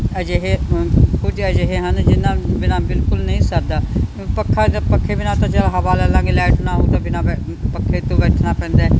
ਅਜਿਹੇ ਹੁੰ ਕੁਝ ਅਜਿਹੇ ਹਨ ਜਿਹਨਾਂ ਬਿਨਾਂ ਬਿਲਕੁਲ ਨਹੀਂ ਸਰਦਾ ਪੱਖਾ ਪੱਖੇ ਬਿਨਾਂ ਤਾ ਚੱਲ ਹਵਾ ਲੈ ਲਾਂਗੇ ਲਾਈਟ ਨਾ ਹੋਈ ਤਾਂ ਬਿਨਾਂ ਪ ਪੱਖੇ ਤੋਂ ਬੈਠਣਾ ਪੈਂਦਾ ਹੈ